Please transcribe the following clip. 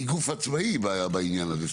היא גוף עצמאי בעניין הזה.